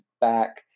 back